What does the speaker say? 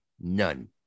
none